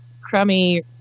crummy